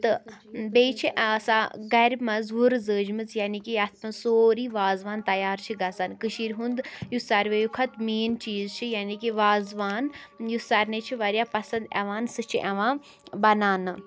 تہٕ بیٚیہِ چھِ آسان گَرِ منٛز وُرٕ زٲجمٕژ یعنی کہِ یَتھ منٛز سورٕے وازٕ وان تیار چھِ گژھان کٔشیٖر ہُنٛد یُس سارِویو کھۄتہٕ مین چیٖز چھِ یعنی کہِ وازٕ وان یُس سارنی چھِ واریاہ پسنٛد یِوان سُہ چھِ یِوان بناونہٕ